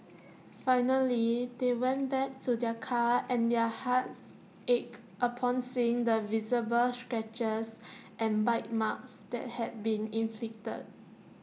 finally they went back to their car and their hearts ached upon seeing the visible scratches and bite marks that had been inflicted